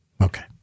Okay